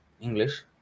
English